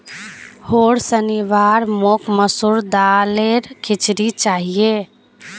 होर शनिवार मोक मसूर दालेर खिचड़ी चाहिए